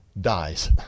dies